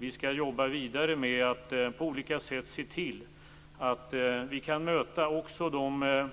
Vi skall jobba vidare med att på olika sätt se till att vi kan möta också de